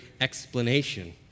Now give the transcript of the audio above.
explanation